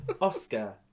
Oscar